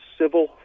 civil